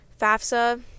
FAFSA